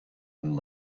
and